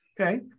Okay